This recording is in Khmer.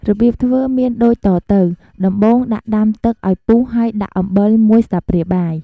របៀបធ្វើមានដូចតទៅ ដំបូងដាក់ដាំទឹកឱ្យពុះហើយដាក់អំបិលមួយស្លាបព្រាបាយ។